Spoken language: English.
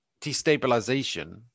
destabilization